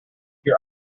your